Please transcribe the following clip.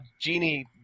genie